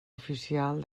oficial